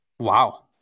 wow